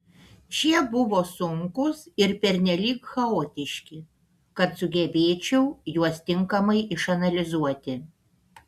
šie buvo sunkūs ir pernelyg chaotiški kad sugebėčiau juos tinkamai išanalizuoti